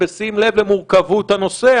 בשים לב למורכבות הנושא.